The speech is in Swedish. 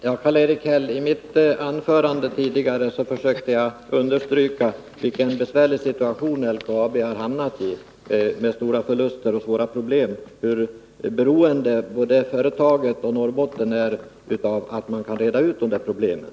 Fru talman! I mitt huvudanförande försökte jag, Karl-Erik Häll, understryka vilken besvärlig situation med stora förluster och stora problem som LKAB hade hamnat i och hur beroende företaget och Norrbotten är av att man kan reda ut problemen.